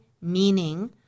meaning